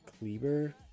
Kleber